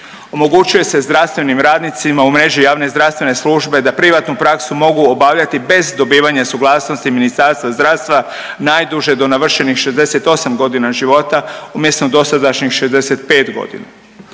Omogućuje se zdravstvenim radnicima u mreži javne zdravstvene službe da privatnu praksu mogu obavljati bez dobivanja suglasnosti Ministarstva zdravstva najduže do navršenih 68 godina života umjesto dosadašnjih 65 godina.